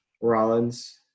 Rollins